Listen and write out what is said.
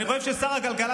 אני חושב ששר הכלכלה,